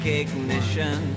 ignition